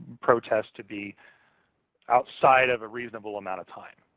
protests to be outside of a reasonable amount of time.